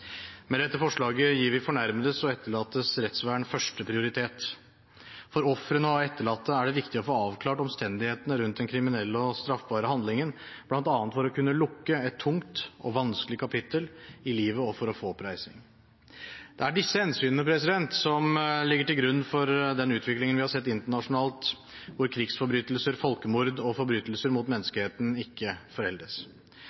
Med dette forslaget gir vi fornærmedes og etterlattes rettsvern førsteprioritet. For ofrene og etterlatte er det viktig å få avklart omstendighetene rundt den kriminelle og straffbare handlingen, bl.a. for å kunne lukke et tungt og vanskelig kapittel i livet og for å få oppreisning. Det er disse hensynene som ligger til grunn for den utviklingen vi har sett internasjonalt, hvor krigsforbrytelser, folkemord og forbrytelser mot